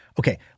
Okay